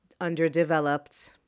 underdeveloped